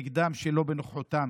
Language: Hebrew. דבריו של חבר הכנסת אוחנה,